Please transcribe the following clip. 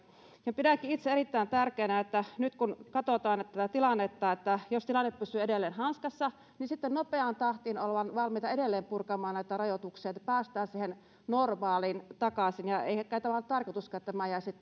pidänkin itse erittäin tärkeänä että nyt kun katsotaan tätä tilannetta ja jos tilanne pysyy edelleen hanskassa niin sitten nopeaan tahtiin ollaan valmiita edelleen purkamaan näitä rajoituksia että päästään siihen normaalin takaisin ja ja eihän kai ole tarkoituskaan että tämä tila jäisi niin